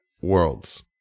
worlds